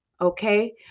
okay